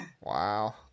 Wow